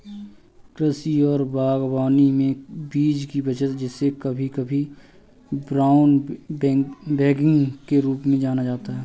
कृषि और बागवानी में बीज की बचत जिसे कभी कभी ब्राउन बैगिंग के रूप में जाना जाता है